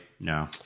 No